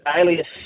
Alias